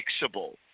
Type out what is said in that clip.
fixable